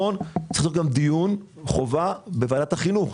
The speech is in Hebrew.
צריך לקיים דיון בוועדת החינוך,